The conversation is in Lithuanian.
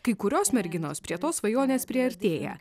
kai kurios merginos prie tos svajonės priartėja